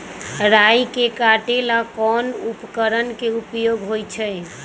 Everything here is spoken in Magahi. राई के काटे ला कोंन उपकरण के उपयोग होइ छई?